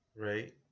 right